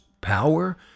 power